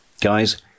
Guys